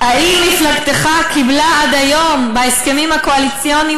האם מפלגתך קיבלה עד היום בהסכמים הקואליציוניים